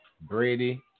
Brady